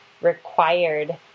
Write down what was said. required